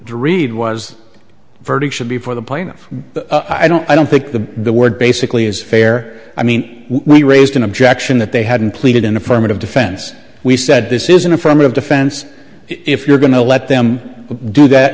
read was the verdict should be for the plaintiff i don't i don't think the the word basically is fair i mean we raised an objection that they hadn't pleaded an affirmative defense we said this is an affirmative defense if you're going to let them do that